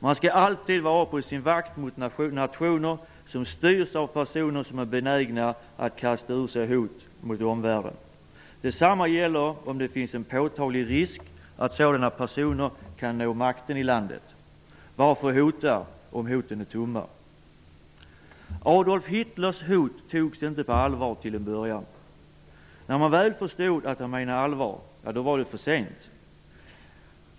Man skall alltid vara på sin vakt mot nationer som styrs av personer som är benägna att kasta ur sig hot mot omvärlden. Detsamma gäller om det finns en påtaglig risk att sådana personer kan nå makten i landet. Varför hota om hoten är tomma? Adolf Hitlers hot togs inte på allvar till en början. När man väl förstod att han menade allvar var det för sent.